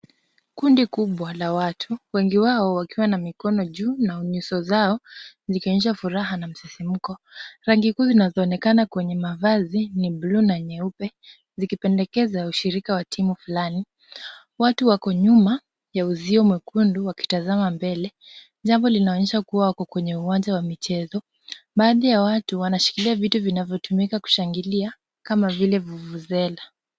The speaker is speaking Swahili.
Kundi kubwa la watu wengi wao wakiwa na mikono juu na nyuso zao zikionyesha furaha na msisimuko. Rangi kuu zinaonekana kwa mavazi ni blue na nyeupe, zikipendekeza ushirika wa timu fulani. Watu wako nyuma ya uzio mwekundu nyekundu wakitama mbele jambo linaonyesha kuwa wako kwa uwanja wa michezo. Badhi ya watu wanashikilia vitu vinavyotumika kushangilia kama vile vuvuzela.